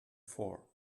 four